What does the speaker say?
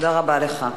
תודה רבה לך.